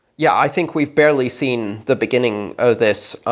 yeah i think we've barely seen the beginning of this.